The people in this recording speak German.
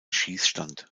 schießstand